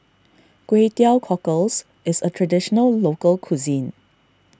Kway Teow Cockles is a Traditional Local Cuisine